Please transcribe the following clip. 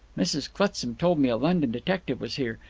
mrs. clutsam told me a london detective was here,